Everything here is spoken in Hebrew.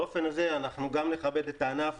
באופן הזה אנחנו גם נכבד את הענף,